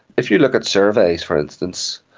if you look at surveys, for instance,